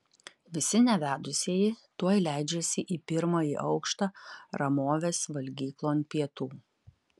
visi nevedusieji tuoj leidžiasi į pirmąjį aukštą ramovės valgyklon pietų